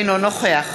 אינו נוכח